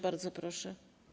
Bardzo proszę.